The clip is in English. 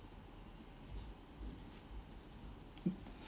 mm